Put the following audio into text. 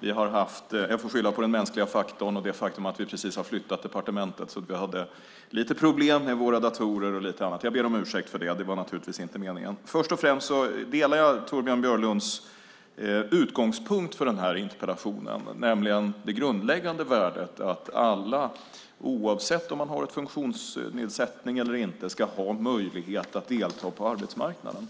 Jag får skylla på den mänskliga faktorn och det faktum att vi precis har flyttat departementet. Vi hade lite problem med våra datorer och lite annat. Jag ber om ursäkt för det. Det var naturligtvis inte meningen. Jag delar Torbjörn Björlunds utgångspunkt för den här interpellationen, nämligen det grundläggande värdet att alla, oavsett om man har en funktionsnedsättning eller inte, ska ha möjlighet att delta på arbetsmarknaden.